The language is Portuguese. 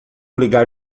ligar